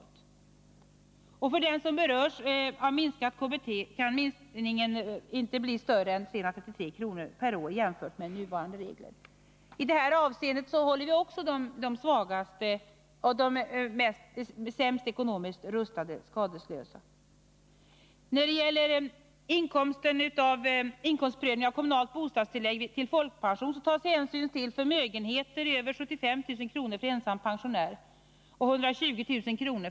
För de folkpensionärer som berörs kan minskningen av det kommunala bostadstillägget inte bli större än 333 kr. per år. I det avseendet håller vi alltså också de sämst ekonomiskt rustade skadeslösa. Vid inkomstprövning av kommunalt bostadstillägg till folkpension tas hänsyn till förmögenhet över 75 000 kr. för ensam pensionär och 120 000 kr.